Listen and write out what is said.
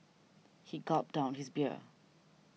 he gulped down his beer